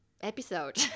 episode